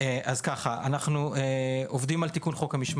אנחנו עובדים על תיקון של חוק המשמעת,